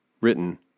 written